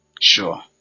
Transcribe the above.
Sure